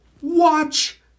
watch